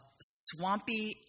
swampy